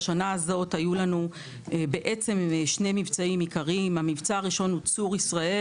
בשנה הזו היו לנו שני מבצעים עיקרים: המבצע הראשון הוא "צור ישראל"